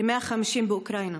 כ-150 באוקראינה,